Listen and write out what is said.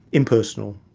impersonal.